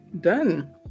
done